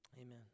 Amen